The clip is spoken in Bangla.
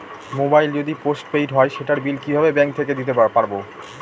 মোবাইল যদি পোসট পেইড হয় সেটার বিল কিভাবে ব্যাংক থেকে দিতে পারব?